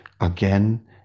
again